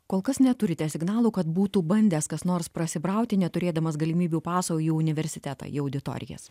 kol kas neturite signalų kad būtų bandęs kas nors prasibrauti neturėdamas galimybių paso į universitetą į auditorijas